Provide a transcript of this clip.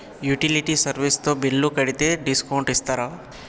Utility service తో bill కడితే discount ఇస్తరా?